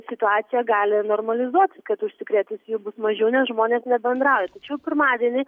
situacija gali ir normalizuotis kad užsikrėtusiųjų bus mažiau nes žmonės nebendrauja tačiau pirmadienį